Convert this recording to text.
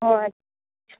ও আচ্ছা